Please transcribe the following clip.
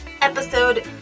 episode